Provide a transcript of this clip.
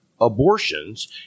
abortions